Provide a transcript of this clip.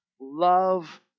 love